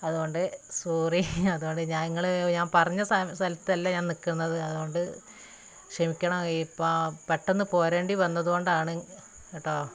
അതുകൊണ്ട് സോറി അതുകൊണ്ട് ഞാൻ പറഞ്ഞ സ്ഥലത്ത് അല്ല ഞാൻ നില്ക്കുന്നത് അതുകൊണ്ട് ക്ഷമിക്കണം ഇപ്പോള് പെട്ടെന്ന് പോരേണ്ടിവന്നതുകൊണ്ടാണ് കേട്ടോ